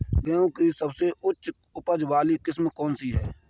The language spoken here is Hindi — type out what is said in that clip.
गेहूँ की सबसे उच्च उपज बाली किस्म कौनसी है?